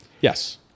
Yes